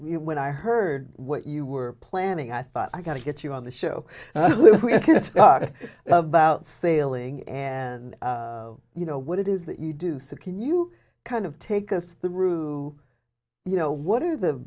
when i heard what you were planning i thought i got to get you on the show about sailing and you know what it is that you do so can you kind of take us through you know what are the